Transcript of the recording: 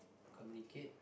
communicate